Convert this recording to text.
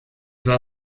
war